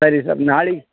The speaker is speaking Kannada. ಸರಿ ಸರ್ ನಾಳೀಗೆ